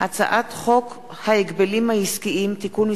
הצעת חוק ההגבלים העסקיים (תיקון מס'